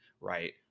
right